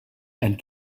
and